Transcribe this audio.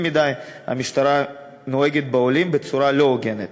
מדי המשטרה נוהגת בעולים בצורה לא הוגנת.